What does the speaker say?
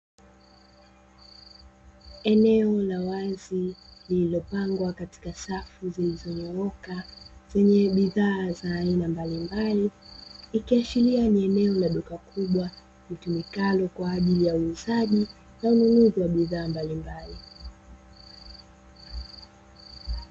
Eneo la wazi lililopangwa katika safu zilizonyooka, zenye bidhaa za aina mbalimbali. Ikiashiria ni eneo la duka kubwa litumikalo kwa ajili ya uuzaji na ununuzi wa bidhaa mbalimbali.